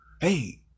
Hey